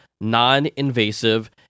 non-invasive